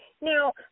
Now